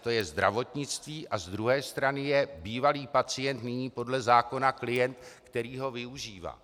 To je zdravotnictví a z druhé strany je bývalý pacient, nyní podle zákona klient, který ho využívá.